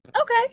Okay